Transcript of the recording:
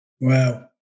Wow